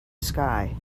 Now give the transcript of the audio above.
sky